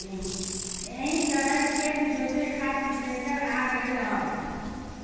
एही तरही खेत जोते खातिर ट्रेक्टर आ गईल हवे